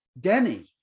denny